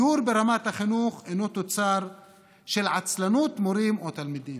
פיגור ברמת החינוך אינו תוצר של עצלנות מורים או תלמידים.